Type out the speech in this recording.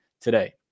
today